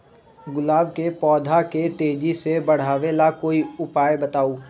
गुलाब के पौधा के तेजी से बढ़ावे ला कोई उपाये बताउ?